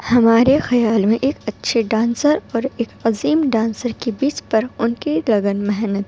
ہمارے خیال میں ایک اچّھے ڈانسر اور ایک عظیم ڈانسر کے بیچ فرق ان کی لگن محنت